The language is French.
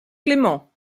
clément